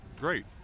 great